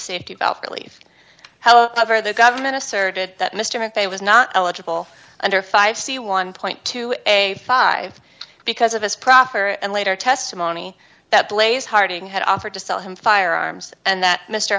leave however the government asserted that mr mcveigh was not eligible under five c one two a five because of his proffer and later testimony that blaze harding had offered to sell him firearms and that mr